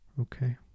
Okay